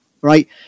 right